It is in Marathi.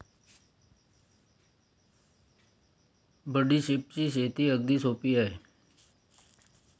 बडीशेपची शेती अगदी सोपी आहे